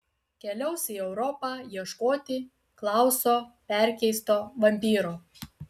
keliaus į europą ieškoti klauso perkeisto vampyro